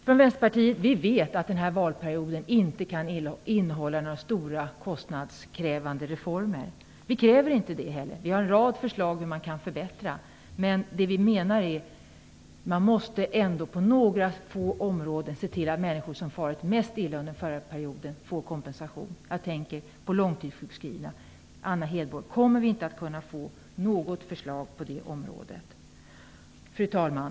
Vi i Vänsterpartiet vet att denna valperiod inte kan innehålla några stora kostnadskrävande reformer. Vi kräver inte heller det. Men vi har en rad förslag om hur man kan förbättra saker. På några få områden måste man dock se till att de människor som for mest illa under förra perioden kan få kompensation. Jag tänker då på de långtidssjukskrivna. Anna Hedborg, kommer vi inte att kunna få något förslag på det området? Fru talman!